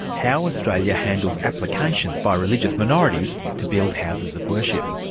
how australia handles applications by religious minorities to build houses of worship.